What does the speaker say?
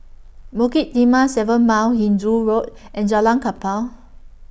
Bukit Timah seven Mile Hindoo Road and Jalan Kapal